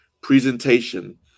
presentation